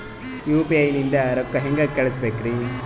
UPI ನಿಂದ ರೊಕ್ಕ ಹೆಂಗ ಕಳಸಬೇಕ್ರಿ?